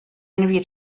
interview